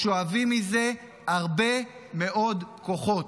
הם שואבים מזה הרבה מאוד כוחות.